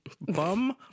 bum